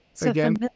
again